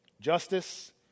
Justice